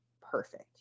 perfect